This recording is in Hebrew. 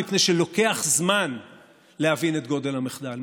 מפני שלוקח זמן להבין את גודל המחדל,